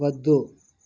వద్దు